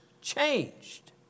changed